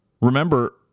remember